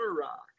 rock